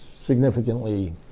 significantly